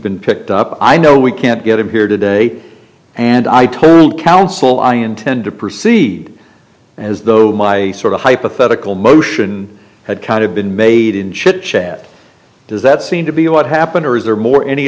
been picked up i know we can't get him here today and i told counsel i intend to proceed as though my sort of hypothetical motion had kind of been made in chit chat does that seem to be what happened or is there more any